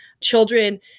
children